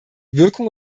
wirkung